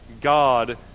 God